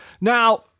Now